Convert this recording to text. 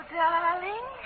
darling